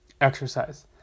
exercise